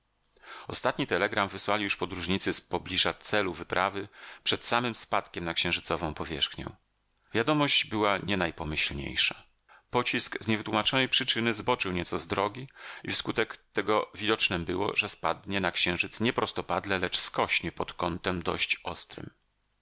ostatni telegram wysłali już podróżnicy z pobliża celu wyprawy przed samym spadkiem na księżycową powierzchnię wiadomość była nie najpomyślniejsza pocisk z niewytłumaczonej przyczyny zboczył nieco z drogi i wskutek tego widocznem było że spadnie na księżyc nie prostopadle lecz skośnie pod kątem dość ostrym